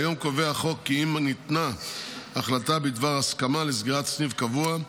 כיום קובע החוק כי אם ניתנה החלטה בדבר הסכמה לסגירת סניף קבוע,